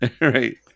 Right